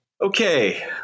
Okay